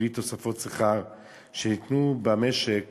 בלי תוספות שכר שניתנו במשק